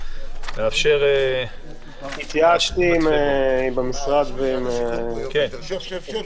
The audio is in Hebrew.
לאפשר --- התייעצתי עם המשרד ועם השר,